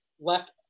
left